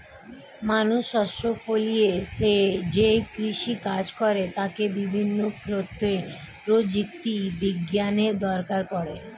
মানুষ শস্য ফলিয়ে যেই কৃষি কাজ করে তাতে বিভিন্ন ক্ষেত্রে প্রযুক্তি বিজ্ঞানের দরকার পড়ে